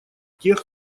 тех